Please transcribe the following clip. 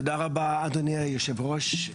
תודה רבה, אדוני יושב הראש.